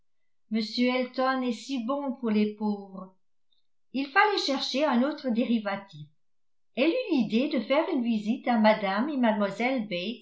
m elton est si bon pour les pauvres il fallait chercher un autre dérivatif elle eut l'idée de faire une visite à mme et